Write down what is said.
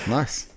Nice